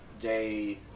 Day